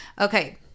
Okay